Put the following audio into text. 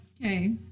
okay